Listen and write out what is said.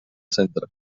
centre